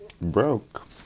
broke